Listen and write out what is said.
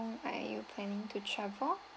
are you planning to travel